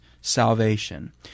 salvation